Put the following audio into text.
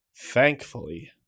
Thankfully